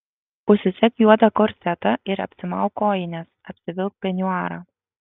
užsisek juodą korsetą ir apsimauk kojines apsivilk peniuarą